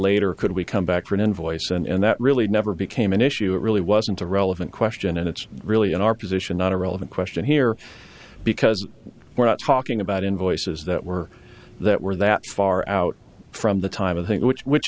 later could we come back for an invoice and that really never became an issue it really wasn't a relevant question and it's really in our position not a relevant question here because we're not talking about invoices that were that were that far out from the time of thing which which